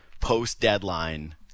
post-deadline